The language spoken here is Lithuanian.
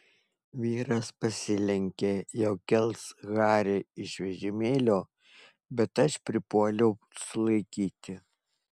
vyras pasilenkė jau kels harį iš vežimėlio bet aš pripuoliau sulaikyti